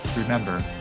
remember